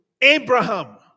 Abraham